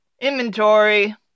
inventory